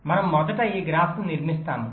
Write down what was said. మనము మొదట ఈ గ్రాఫ్ను నిర్మిస్తాము